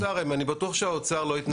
יש פה את האוצר, אני בטוח שהאוצר לא יתנגד.